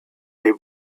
they